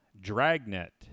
Dragnet